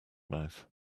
mouth